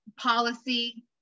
policy